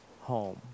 home